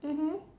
mmhmm